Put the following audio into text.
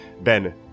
Ben